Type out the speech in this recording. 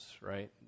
right